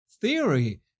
theory